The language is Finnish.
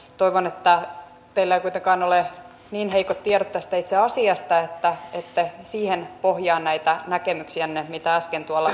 toivon että teillä ei kuitenkaan ole niin heikot tiedot tästä itse asiasta ja että ette niihin pohjaa näitä näkemyksiänne mitä äsken tuolla esititte